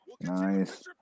Nice